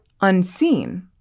unseen